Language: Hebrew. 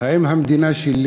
האם המדינה שלי